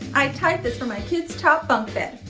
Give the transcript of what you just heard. i type this from my kids' top bunk bed.